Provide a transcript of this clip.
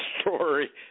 story